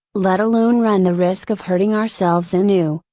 let alone run the risk of hurting ourselves anew,